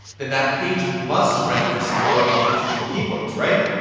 then that page must rank for some low competition keywords, right?